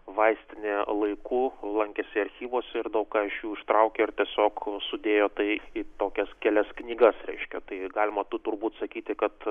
vaistinėje laiku lankėsi archyvuose ir daug ką iš jų ištraukė ir tiesiog sudėjo tai į tokias kelias knygas reiškia tai galima turbūt sakyti kad